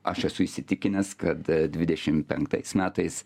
aš esu įsitikinęs kad dvidešim penktais metais